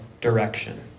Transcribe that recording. direction